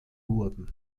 wurden